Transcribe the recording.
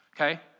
okay